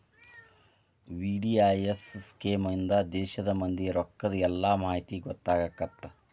VDIS scheme ಇಂದಾ ದೇಶದ್ ಮಂದಿ ರೊಕ್ಕದ್ ಎಲ್ಲಾ ಮಾಹಿತಿ ಗೊತ್ತಾಗತ್ತ